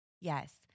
Yes